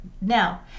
Now